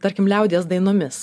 tarkim liaudies dainomis